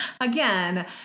again